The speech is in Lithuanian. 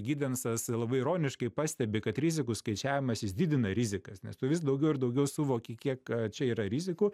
gidensas labai ironiškai pastebi kad rizikų skaičiavimas išdidina rizikas nes tu vis daugiau ir daugiau suvoki kiek čia yra rizikų